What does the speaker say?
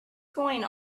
going